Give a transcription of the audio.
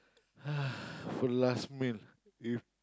for last meal if